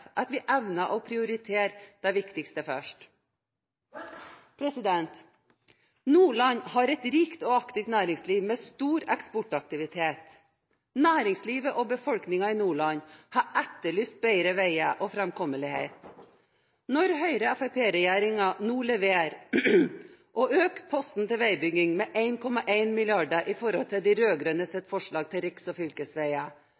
at den evner å prioritere det viktigste først. Nordland har et rikt og aktivt næringsliv med stor eksportaktivitet. Næringslivet og befolkningen i Nordland har etterlyst bedre veier og framkommelighet. Når Høyre–Fremskrittsparti-regjeringen nå leverer og øker posten til veibygging med 1,1 mrd. kr i forhold til de